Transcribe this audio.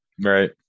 right